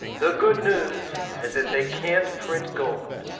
the good news is that they can't print gold.